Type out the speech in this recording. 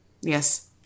Yes